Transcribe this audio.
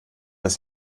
das